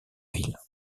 ville